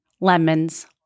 lemons